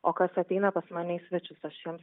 o kas ateina pas mane į svečius aš jiems